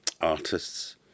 artists